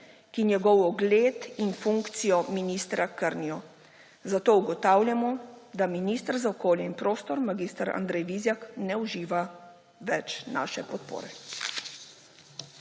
ki njegov ugled in funkcijo ministra krnijo. Zato ugotavljamo, da minister za okolje in prostor mag. Andrej Vizjak ne uživa več naše podpore.